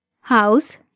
house